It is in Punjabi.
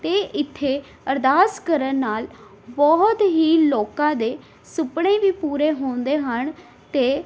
ਅਤੇ ਇੱਥੇ ਅਰਦਾਸ ਕਰਨ ਨਾਲ ਬਹੁਤ ਹੀ ਲੋਕਾਂ ਦੇ ਸੁਪਨੇ ਵੀ ਪੂਰੇ ਹੁੰਦੇ ਹਨ ਅਤੇ